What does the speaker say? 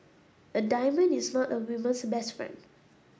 a diamond is not a woman's best friend